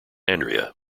andrea